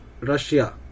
Russia